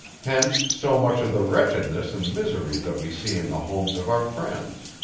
hence, so much of the wretchedness and misery that we see in the homes of our friends.